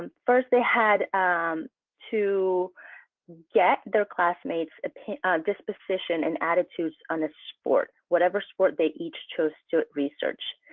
first, they had to get their classmates a disposition and attitudes on a sport, whatever sport they each chose to research.